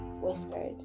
whispered